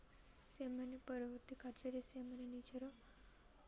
ସେମାନେ ପରବର୍ତ୍ତୀ କାର୍ଯ୍ୟରେ ସେମାନେ ନିଜର